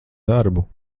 darbu